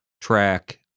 track